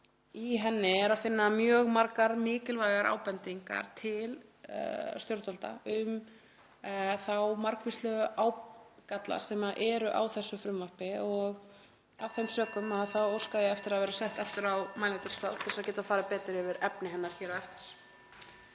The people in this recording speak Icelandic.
Í henni er að finna mjög margar mikilvægar ábendingar til stjórnvalda um þá margvíslegu ágalla sem eru á þessu frumvarpi. Af þeim sökum óska ég eftir að verða sett aftur á mælendaskrá til að geta farið betur yfir efni hennar hér á eftir.